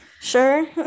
Sure